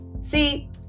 See